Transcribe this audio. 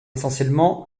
essentiellement